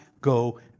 go